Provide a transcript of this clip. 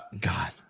God